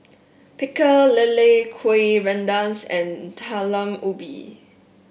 Pecel Lele Kueh Rengas and Talam Ubi